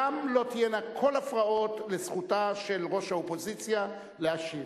גם לא תהיה כל הפרעה לזכותה של ראש האופוזיציה להשיב.